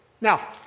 Now